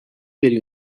بری